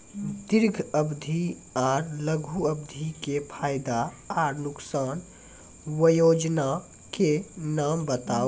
दीर्घ अवधि आर लघु अवधि के फायदा आर नुकसान? वयोजना के नाम बताऊ?